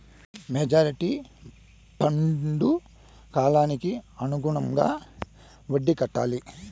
maturity ఫండ్కు కాలానికి అనుగుణంగా వడ్డీ కట్టాలి